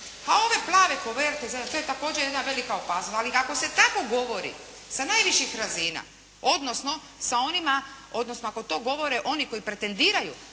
A ove plave koverte, to je također jedna velika opasnost, ali kako se tako govori sa najviših razina, odnosno sa onima, odnosno ako to govore oni koji pretendiraju